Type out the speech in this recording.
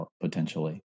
potentially